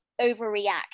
overreact